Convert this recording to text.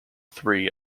three